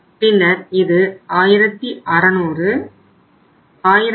பின்னர் இது 1600